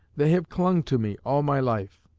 they have clung to me all my life